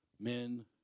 men